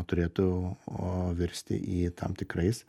turėtų virsti į tam tikrais